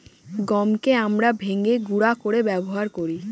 গমকে আমরা ভেঙে গুঁড়া করে ব্যবহার করি